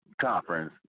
conference